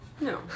No